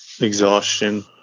Exhaustion